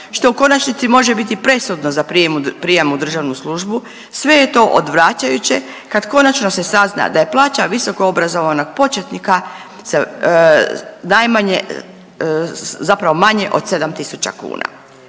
što u konačnici može biti presudno za prijem, prijam u državnu službu sve je to odvraćajuće kad konačno se sazna da je plaća visokoobrazovanog početnika najmanje zapravo manje